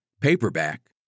paperback